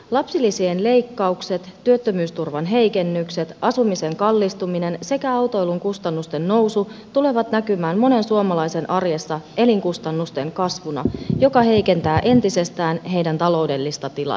lapsilisien leikkaukset työttömyysturvan heikennykset asumisen kallistuminen sekä autoilun kustannusten nousu tulevat näkymään monen suomalaisen arjessa elinkustannusten kasvuna joka heikentää entisestään heidän taloudellista tilannettaan